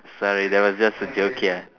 sorry that was just a joke ya